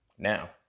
Now